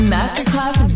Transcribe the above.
Masterclass